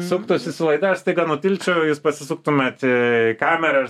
suktųsi su laida aš staiga nutilčiau jūs pasisuktumėte į kamerą ir